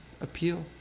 appeal